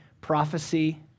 prophecy